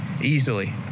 easily